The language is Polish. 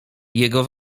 jego